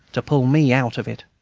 to pull me out of it!